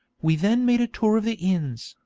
we then made a tour of the inns,